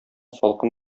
салкын